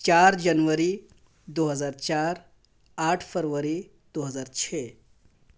چار جنوری دو ہزار چار آٹھ فروری دو ہزار چھ